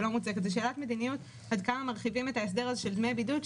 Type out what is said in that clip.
זו שאלה של מדיניות עד כמה מרחיבים את ההסדר הזה של דמי בידוד,